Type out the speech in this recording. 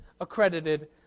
accredited